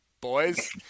boys